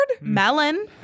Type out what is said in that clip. Melon